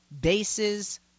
bases